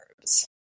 herbs